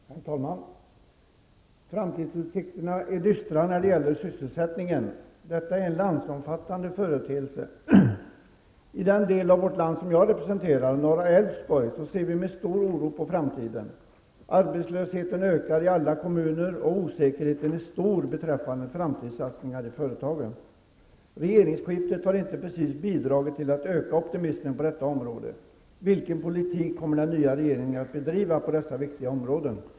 Herr talman! Framtidsutsikterna är dystra när det gäller sysselsättningen. Detta är en landsomfattande företeelse. I den del av vårt land som jag representerar, Norra Älvsborg, ser vi med stor oro på framtiden. Arbetslösheten ökar i alla kommuner och osäkerheten är stor beträffande framtidssatsningar i företagen. Regeringsskiftet har inte precis bidragit till ökad optimism på detta område. Vilken politik kommer den nya regeringen att bedriva på dessa viktiga områden?